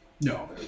No